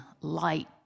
light